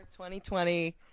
2020